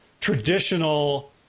traditional